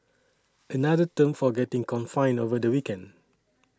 another term for getting confined over the weekend